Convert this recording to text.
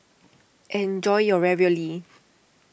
enjoy your Ravioli